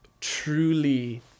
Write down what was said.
truly